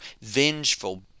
vengeful